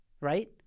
Right